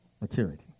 maturity